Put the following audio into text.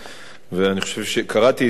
קראתי את התשובה,